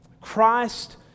Christ